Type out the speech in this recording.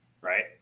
right